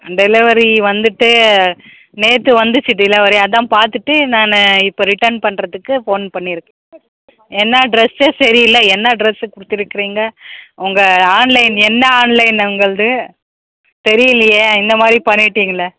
delivery வந்துவிட்டு நேற்று வந்துச்சு டிலவரி அதான் பார்த்துட்டு நான் இப்போ ரிட்டர்ன் பண்ணுறதுக்கு ஃபோன் பண்ணிருக்கேன் என்ன ட்ரெஸ்ஸே சரியில்ல என்னா ட்ரெஸ்ஸு கொடுத்துருக்கறீங்க உங்கள் ஆன்லைன் என்ன ஆன்லைன் உங்களுது தெரியலியே இந்த மாதிரி பண்ணிவிட்டீங்களே